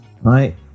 right